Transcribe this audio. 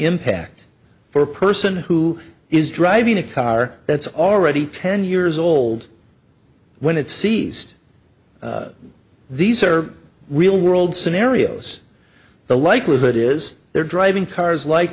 impact for a person who is driving a car that's already ten years old when it sees these are real world scenarios the likelihood is they're driving cars like